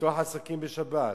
לפתוח עסקים בשבת.